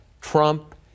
Trump